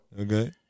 Okay